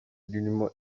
ririmo